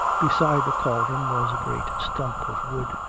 beside the cauldron was a great stump of wood,